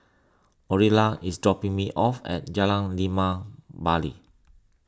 Orilla is dropping me off at Jalan Limau Bali